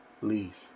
leave